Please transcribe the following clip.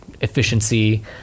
efficiency